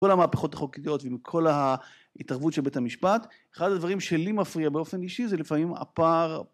כל המהפכות החוקיות וכל ההתערבות של בית המשפט אחד הדברים שלי מפריע באופן אישי זה לפעמים הפער...